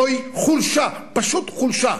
זוהי חולשה, פשוט חולשה,